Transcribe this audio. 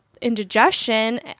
indigestion